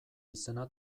izena